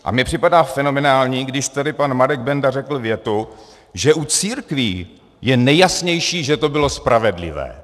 A mně připadá fenomenální, když tady pan Marek Benda řekl větu, že u církví je nejjasnější, že to bylo spravedlivé.